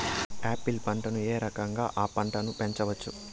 Apple పంటను ఏ రకంగా అ పంట ను పెంచవచ్చు?